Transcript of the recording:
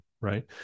right